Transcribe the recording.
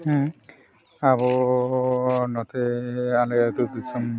ᱦᱮᱸ ᱟᱵᱚ ᱱᱚᱛᱮ ᱟᱞᱮ ᱟᱹᱛᱩ ᱫᱤᱥᱚᱢ